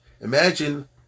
Imagine